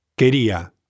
Quería